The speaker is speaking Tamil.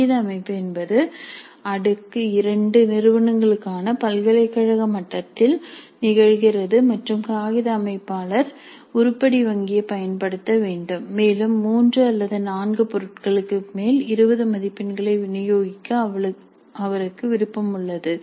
காகித அமைப்பு என்பது அடுக்கு 2 நிறுவனங்களுக்கான பல்கலைக்கழக மட்டத்தில் நிகழ்கிறது மற்றும் காகித அமைப்பாளர் உருப்படி வங்கியைப் பயன்படுத்த வேண்டும் மேலும் மூன்று அல்லது நான்கு பொருட்களுக்கு மேல் 20 மதிப்பெண்களை விநியோகிக்க அவளுக்கு விருப்பம் உள்ளது